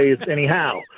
Anyhow